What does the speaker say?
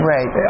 Right